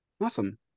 awesome